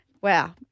wow